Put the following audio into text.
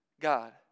God